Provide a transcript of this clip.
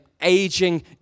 aging